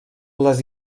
les